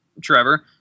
Trevor